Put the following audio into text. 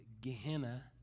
Gehenna